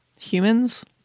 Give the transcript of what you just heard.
humans